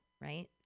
right